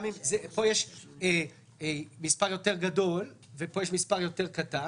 גם אם פה יש מספר גדול יותר ופה יש מספר קטן יותר,